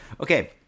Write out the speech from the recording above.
Okay